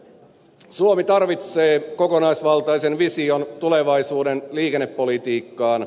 suomi tarvitsee kokonaisvaltaisen vision tulevaisuuden liikennepolitiikkaan